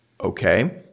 okay